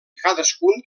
cadascun